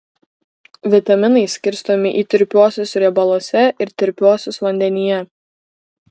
vitaminai skirstomi į tirpiuosius riebaluose ir tirpiuosius vandenyje